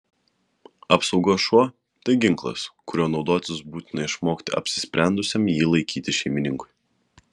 apsaugos šuo tai ginklas kuriuo naudotis būtina išmokti apsisprendusiam jį laikyti šeimininkui